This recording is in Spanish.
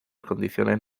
condiciones